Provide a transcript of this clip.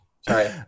sorry